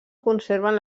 conserven